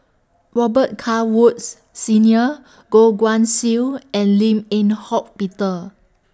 Robet Carr Woods Senior Goh Guan Siew and Lim Eng Hock Peter